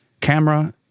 camera